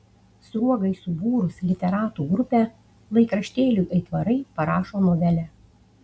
sruogai subūrus literatų grupę laikraštėliui aitvarai parašo novelę